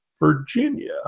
Virginia